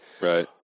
Right